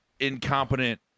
Incompetent